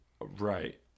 Right